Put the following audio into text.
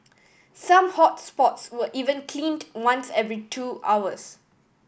some hot spots were even cleaned once every two hours